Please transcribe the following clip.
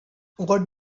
what